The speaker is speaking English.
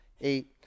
eight